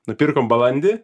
nupirkom balandį